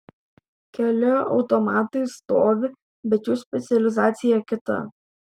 keli automatai stovi bet jų specializacija kita